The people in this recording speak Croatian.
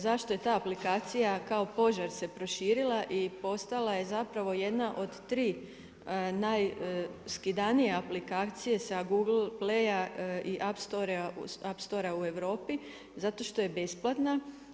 Zašto je ta aplikacija kao požar se proširila i postala je zapravo jedna od tri najskidanije aplikacije sa Google Playa i Upstorea u Europi zato što je besplatna.